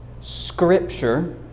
Scripture